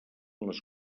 les